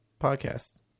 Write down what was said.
podcast